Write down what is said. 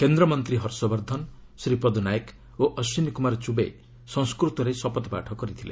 କେନ୍ଦ୍ରମନ୍ତ୍ରୀ ହର୍ଷ ବର୍ଦ୍ଧନ ଶ୍ରୀପଦ ନାୟକ ଓ ଅଶ୍ୱିନୀ କ୍ରୁମାର ଚୁବେ ସଂସ୍କୃତରେ ଶପଥପାଠ କରିଥିଲେ